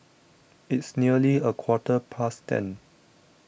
its nearly a quarter past ten